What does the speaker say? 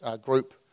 group